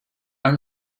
i’m